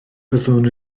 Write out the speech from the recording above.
byddwn